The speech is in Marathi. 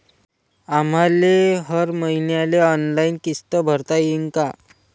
आम्हाले हर मईन्याले ऑनलाईन किस्त भरता येईन का?